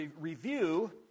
review